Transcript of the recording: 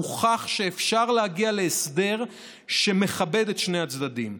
הוכח שאפשר להגיע להסדר שמכבד את שני הצדדים,